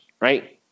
right